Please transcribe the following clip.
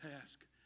task